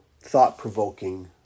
thought-provoking